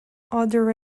odor